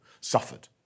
suffered